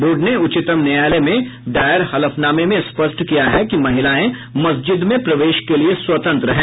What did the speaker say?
board ने उच्चतम न्यायालय में दायर हलफनामे में स्पष्ट किया है कि महिलाएं मस्जिद में प्रवेश के लिये स्वतंत्र हैं